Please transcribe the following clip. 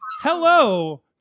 Hello